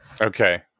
Okay